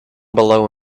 below